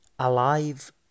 ALIVE